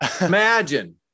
Imagine